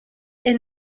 est